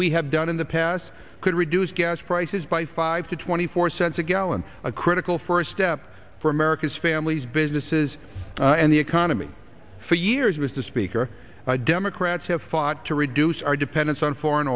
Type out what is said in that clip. we have done in the past could reduce gas prices by five to twenty four cents a gallon a critical first step for america's families businesses and the economy for years was the speaker democrats have fought to reduce our dependence on foreign